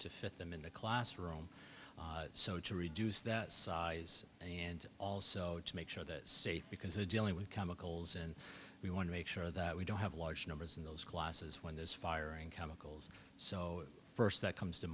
to fit them in the classroom so to reduce that size and also to make sure that say because they're dealing with chemicals and we want to make sure that we don't have large numbers in those classes when there's firing chemicals so first that comes to